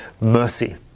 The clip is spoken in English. mercy